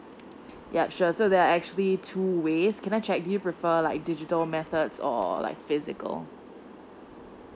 yup sure so there are actually two ways can I check do you prefer like digital methods or like physical